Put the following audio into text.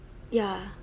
ya